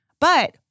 But-